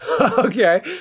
Okay